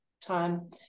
time